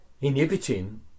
inhibiting